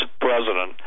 president